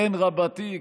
כן רבתי,